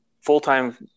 full-time